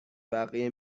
بقیه